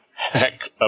Heck